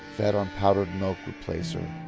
fed on powdered milk replacer,